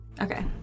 Okay